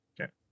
Okay